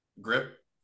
grip